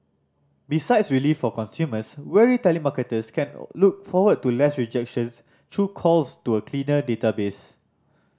besides relief for consumers weary telemarketers can look forward to less rejections through calls to a cleaner database